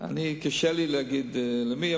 קשה לי להגיד למי.